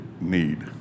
need